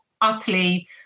utterly